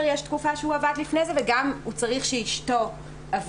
יש תקופה שהוא עבד לפני זה וגם הוא צריך שאשתו עבדה.